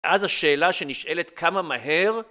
ואז השאלה שנשאלת כמה מהר